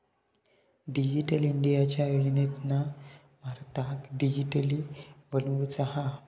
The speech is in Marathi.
डिजिटल इंडियाच्या योजनेतना भारताक डीजिटली बनवुचा हा